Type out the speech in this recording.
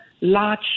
large